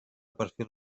perfil